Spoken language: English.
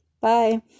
Bye